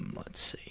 um let's